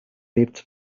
lebt